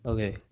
Okay